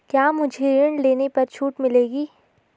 क्या मुझे ऋण लेने पर छूट मिलेगी?